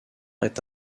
est